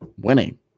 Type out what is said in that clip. winning